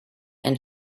and